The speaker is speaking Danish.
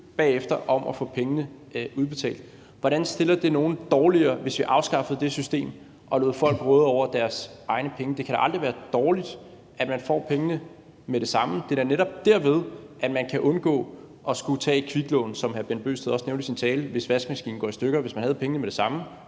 søge om at få pengene udbetalt? Hvordan stiller det nogle dårligere, hvis vi afskaffede det system og lod folk råde over deres egne penge? Det kan da aldrig være dårligt, at man får pengene med det samme. Det er da netop derved, at man kan undgå at skulle tage et kviklån, som hr. Bent Bøgsted også nævnte i sin tale, hvis vaskemaskinen går i stykker og man havde pengene med det samme.